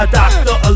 doctor